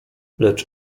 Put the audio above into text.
lecz